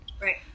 Right